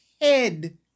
head